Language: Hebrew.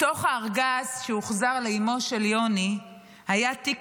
בתוך הארגז שהוחזר לאימו של יוני היה תיק